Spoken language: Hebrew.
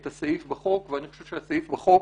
את הסעיף בחוק ואני חושב שהסעיף בחוק